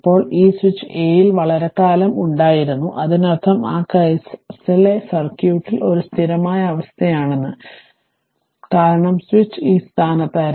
ഇപ്പോൾ ഈ switch A യിൽ വളരെക്കാലം സ്ഥാനത്തുണ്ടായിരുന്നു അതിനർത്ഥം ആ കേസിലെ സർക്യൂട്ട് ഒരു സ്ഥിരമായ അവസ്ഥയാണെന്നാണ് ഇതിനർത്ഥം കാരണം സ്വിച്ച് ഈ സ്ഥാനത്തായിരുന്നു